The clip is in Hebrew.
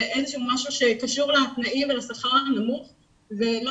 זה איזשהו משהו שקשור לתנאים ולשכר הנמוך ולא